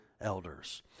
elders